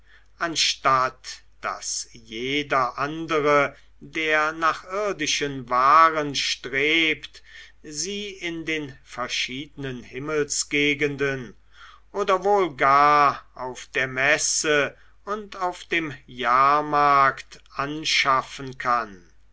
anstatt daß jeder andere der nach irdischen waren strebt sie in den verschiedenen himmelsgegenden oder wohl gar auf der messe und dem jahrmarkt anschaffen kann